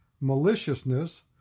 maliciousness